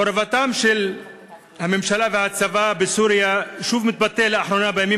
מעורבותם של הממשלה והצבא בסוריה שוב מתבטאת בימים